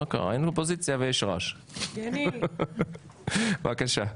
אסף, בבקשה.